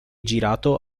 girato